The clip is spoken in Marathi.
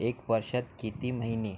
एक वर्षात किती महिने